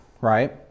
right